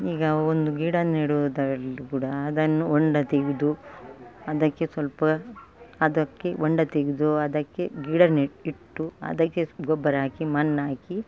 ಈಗ ಒಂದು ಗಿಡ ನೆಡುವುದರಲ್ಲಿ ಕೂಡ ಅದನ್ನು ಹೊಂಡ ತೆಗೆದು ಅದಕ್ಕೆ ಸ್ವಲ್ಪ ಅದಕ್ಕೆ ಹೊಂಡ ತೆಗೆದು ಅದಕ್ಕೆ ಗಿಡ ನೆ ಇಟ್ಟು ಅದಕ್ಕೆ ಗೊಬ್ಬರ ಹಾಕಿ ಮಣ್ಣಾಕಿ